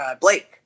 Blake